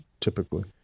typically